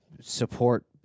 support